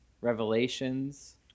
revelations